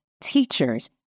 teachers